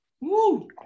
Woo